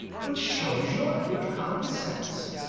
which shows your good common sense,